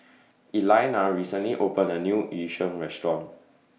Elaina recently opened A New Yu Sheng Restaurant